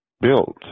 built